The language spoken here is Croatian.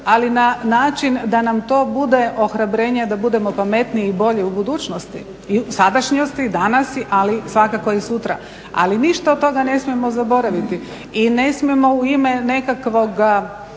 ali na način da nam to bude ohrabrenje, da budemo pametniji i bolji u budućnosti i u sadašnjosti, danas, ali svakako i sutra. Ali ništa od toga ne smijemo zaboraviti i ne smijemo u ime nekakvoga